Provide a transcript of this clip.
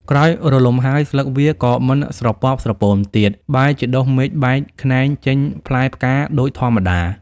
ក្រោយរលំហើយ ស្លឹកវាក៏មិនស្រពាប់ស្រពោនទៀត បែរជាដុះមែកបែកខ្នែងចេញផ្លែផ្កា ដូចធម្មតា ។